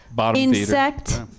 insect